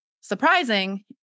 surprising